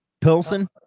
Pilsen